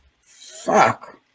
Fuck